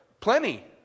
plenty